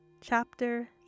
Chapter